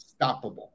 stoppable